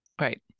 Right